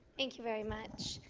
thank you very much.